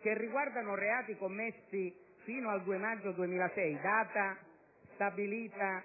che riguardano i reati commessi fino al 2 maggio 2006 - data stabilita